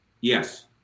Yes